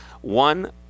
One